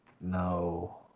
no